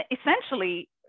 essentially